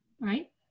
Right